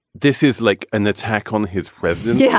this is like an attack on his presidency. yeah